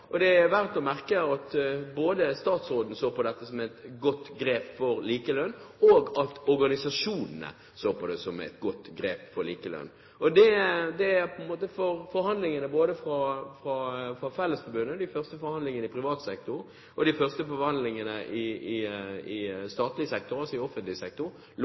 og menn tilsier. Jeg synes at dette er oppsiktsvekkende bra. Det er verdt å merke seg at både statsråden så på dette som et godt grep for likelønn, og at organisasjonene så på det som et godt grep for likelønn. Forhandlingene med Fellesforbundet, og de første forhandlingene i privat sektor og de første forhandlingene i statlig – offentlig – sektor